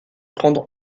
prendre